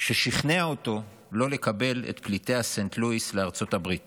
ששכנע אותו לא לקבל את פליטי סנט לואיס לארצות הברית